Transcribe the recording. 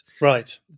Right